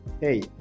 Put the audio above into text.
hey